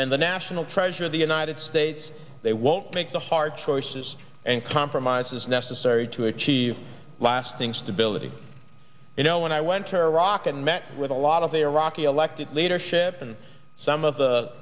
and the national treasure of the united states they won't make the hard choices and compromises necessary to achieve lasting stability you know when i went to iraq and met with a lot of iraqi elected leadership and some of the